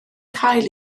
cael